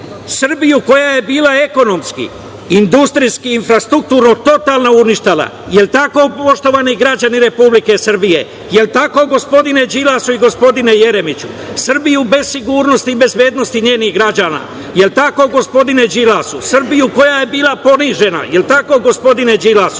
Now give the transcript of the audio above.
Srbiju koja je bila ekonomski, industrijski, infrastrukturno uništena. Jel tako, poštovani građani Republike Srbije? Jel tako gospodine Đilas i gospodine Jeremiću? Srbiju bez sigurnosti, bez bezbednosti njenih građana. Jel tako, gospodine Đilas? Srbiju koja je bila ponižena. Jel tako gospodine Đilas?